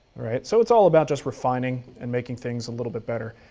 right? so it's all about just refining and making things a little bit better.